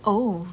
oh